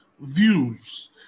views